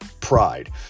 pride